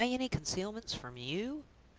have i any concealments from you?